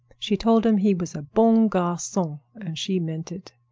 she told him he was a bon garcon, and she meant it.